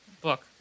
book